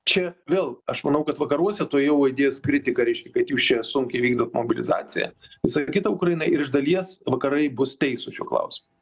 čia vėl aš manau kad vakaruose tuojau aidės kritika reiškia kad jūs čia sunkiai vykdot mobilizaciją visa kita ukrainai ir iš dalies vakarai bus teisūs šiuo klausimu